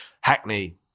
Hackney